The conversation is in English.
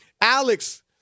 Alex